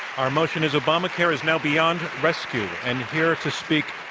our motion is obamacare is now beyond rescue, and here to speak